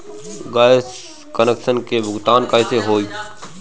Gas connection के भुगतान कैसे होइ?